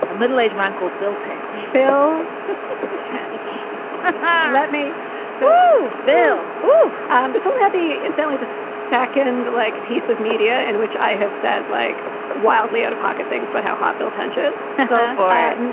ah middle aged man called builtin bill tange let me so vill who this only happy it's only the second like piece of media in which i have said like wildly out of pocket things. but how hot bill touches. go for it. and